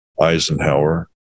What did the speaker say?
Eisenhower